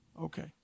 Okay